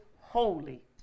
holy